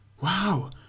wow